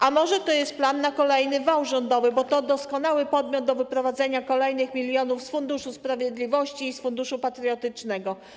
A może to jest plan na kolejny wał rządowy, bo to doskonały podmiot do wyprowadzenia kolejnych milionów z Funduszu Sprawiedliwości i Funduszu Patriotycznego.